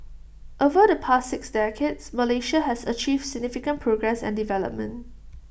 over the past six decades Malaysia has achieved significant progress and development